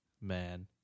Man